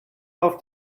auf